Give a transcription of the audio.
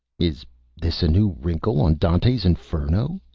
is this a new wrinkle on dante's inferno?